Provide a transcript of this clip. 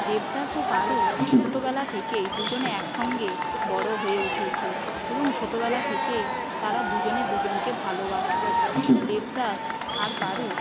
দেবদাস ও পারো ছোটোবেলা থেকেই দুজন এক সঙ্গে বড়ো হয়ে উঠেছে এবং ছোটোবেলা থেকেই তারা দুজনে দুজনকে ভালোবাসতো দেবদাস আর পারো